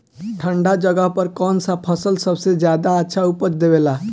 ठंढा जगह पर कौन सा फसल सबसे ज्यादा अच्छा उपज देवेला?